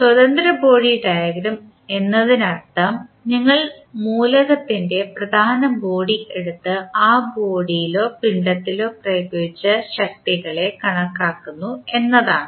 സ്വതന്ത്ര body diagram എന്നതിനർത്ഥം നിങ്ങൾ മൂലകത്തിൻറെ പ്രധാന ബോഡി എടുത്ത് ആ ബോഡിയിലോ പിണ്ഡത്തിലോ പ്രയോഗിച്ച ശക്തികളെ കാണിക്കുന്നു എന്നാണ്